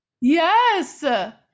Yes